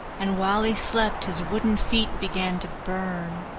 and while he slept, his wooden feet began to burn.